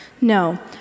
No